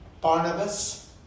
Barnabas